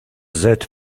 that